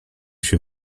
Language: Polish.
się